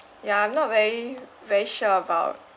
ya I'm not very very sure about